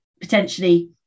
potentially